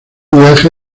viaje